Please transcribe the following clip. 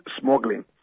smuggling